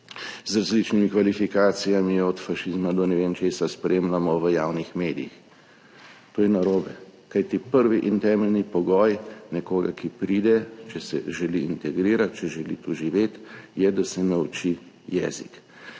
z različnimi kvalifikacijami od fašizma do ne vem česa spremljamo v javnih medijih. To je narobe, kajti prvi in temeljni pogoj nekoga, ki pride, če se želi integrirati, če želi tu živeti, je, da se nauči jezik.